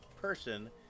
person